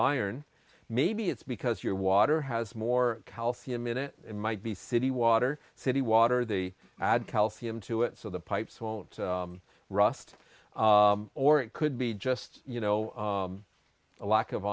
iron maybe it's because your water has more calcium in it it might be city water city water the add calcium to it so the pipes won't rust or it could be just you know a lack of